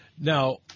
Now